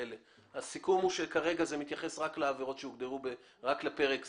הסיכום הוא שכרגע זה מתייחס רק לפרק זה.